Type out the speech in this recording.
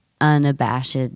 unabashed